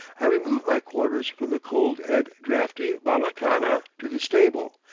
i remove my quarters from the cold and draughty bala-khana to the stable,